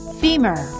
femur